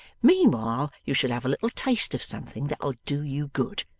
meanwhile you shall have a little taste of something that'll do you good,